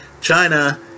China